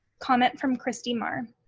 comment from christy marr.